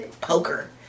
poker